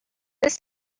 this